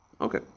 Okay